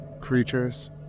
creatures